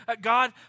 God